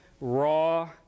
raw